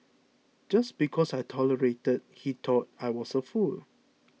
just because I tolerated he thought I was a fool